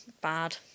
bad